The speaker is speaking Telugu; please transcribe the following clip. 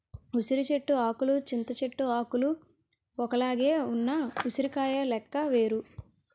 ఉసిరి చెట్టు ఆకులు చింత చెట్టు ఆకులు ఒక్కలాగే ఉన్న ఉసిరికాయ లెక్క వేరు